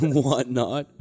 whatnot